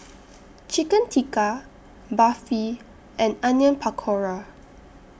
Chicken Tikka Barfi and Onion Pakora